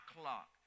clock